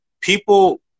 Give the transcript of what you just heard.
People